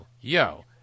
yo